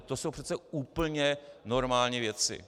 To jsou přece úplně normální věci.